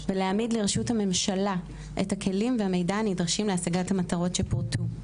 ולהעמיד לרשות הממשלה את הכלים והמידע הנדרשים להשגת המטרות שפורטו.